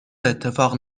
اتفاق